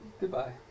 goodbye